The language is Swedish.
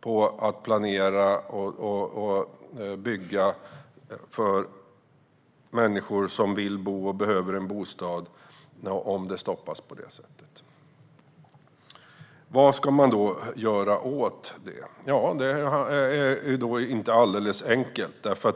på att planera och bygga för människor som vill bo och behöver en bostad när det sedan stoppas på det sättet. Vad ska man då göra åt detta? Det är inte alldeles enkelt.